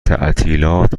تعطیلات